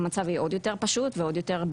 המצב יהיה עוד יותר פשוט ובטוח,